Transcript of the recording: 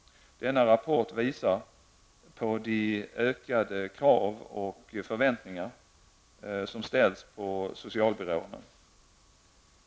Denna rapport visar på de ökade krav och förväntningar som ställs på socialbyråerna.